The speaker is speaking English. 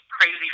crazy